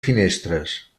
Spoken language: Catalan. finestres